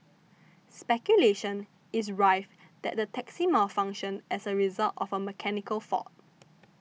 speculation is rife that the taxi malfunctioned as a result of a mechanical fault